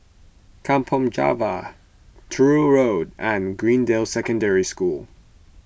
Kampong Java Truro Road and Greendale Secondary School